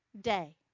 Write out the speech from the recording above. day